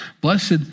blessed